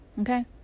Okay